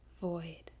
void